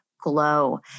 glow